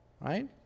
right